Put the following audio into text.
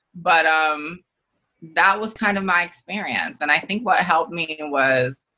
but um that was kind of my experience. and i think what helped me was